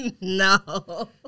No